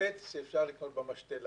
עץ שאפשר לקנות במשתלה,